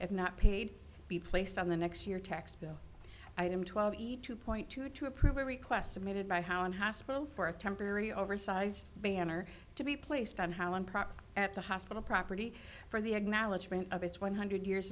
if not paid be placed on the next year tax bill item twelve eat two point two to approve a request submitted by how in hospital for a temporary oversized banner to be placed on how improper at the hospital property for the acknowledgment of its one hundred years